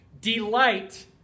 delight